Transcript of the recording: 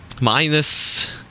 Minus